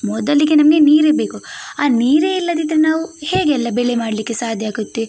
ಮೊದಲಿಗೆ ನಮಗೆ ನೀರೇ ಬೇಕು ಆ ನೀರೇ ಇಲ್ಲದಿದ್ದರೆ ನಾವು ಹೇಗೆ ಎಲ್ಲ ಬೆಲೆ ಮಾಡಲಿಕ್ಕೆ ಸಾಧ್ಯ ಆಗುತ್ತೆ